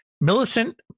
Millicent